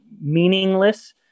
meaningless